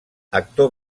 actor